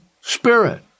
spirit